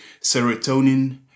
serotonin